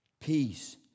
peace